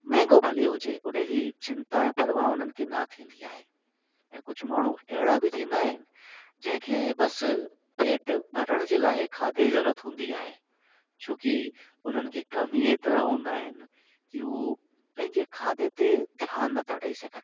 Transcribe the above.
महांगो भले हुजे उनजी चिन्ता या परवाह हुननि खे न थींदी आहे ऐं कुझु माण्हू अहिड़ा बि थींदा आहिनि जंहिं खे बसि पेट भरण जे लाइ खाधे जी ज़रूरत हूंदी आहे छो कि उन्हनि खे कम ई एतिरा हूंदा आहिनि कि हू पंहिंजे खाधे ते ध्यानु नथा ॾेई सघनि